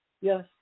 yes